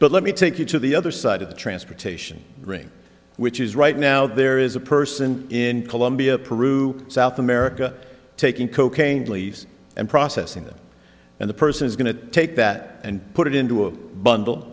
but let me take you to the other side of the transportation range which is right now there is a person in colombia peru south america taking cocaine please and processing it and the person is going to take that and put it into a bundle